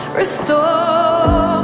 restore